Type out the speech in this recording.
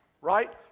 right